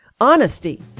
honesty